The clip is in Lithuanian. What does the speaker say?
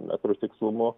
metrų tikslumu